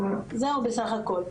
זהו בסך הכול.